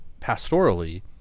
Pastorally